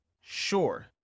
sure